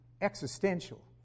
existential